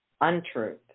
untruth